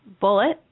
Bullet